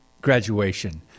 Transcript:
graduation